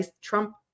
Trump